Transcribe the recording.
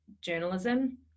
journalism